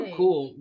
cool